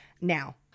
Now